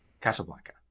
Casablanca